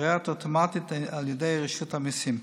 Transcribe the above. ברירה אוטומטית על ידי רשות המיסים.